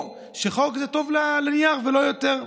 או שחוק זה טוב לנייר ולא יותר?